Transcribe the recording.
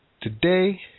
Today